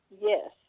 Yes